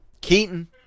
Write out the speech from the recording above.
Keaton